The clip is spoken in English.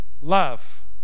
love